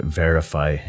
verify